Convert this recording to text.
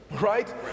Right